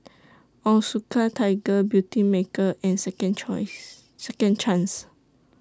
Onitsuka Tiger Beautymaker and Second Chance